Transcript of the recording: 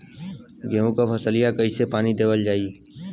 गेहूँक फसलिया कईसे पानी देवल जाई?